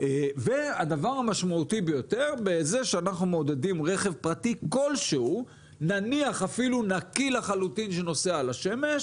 לא מספיק שיש רכב וזהו, עכשיו כל נסיעה ניסע ברכב